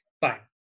Fine